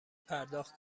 پرداخت